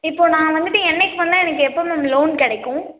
இப்போ நான் வந்துவிட்டு என்னக்கு பண்ணா எனக்கு எப்போ மேம் லோன் கிடைக்கும்